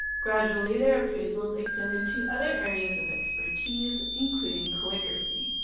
gradually, their appraisals extended to other areas of expertise, including calligraphy.